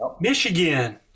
Michigan